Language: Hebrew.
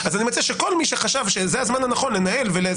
אז אני מציע שכל מי שחשב שזה הזמן הנכון לבקש